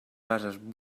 bases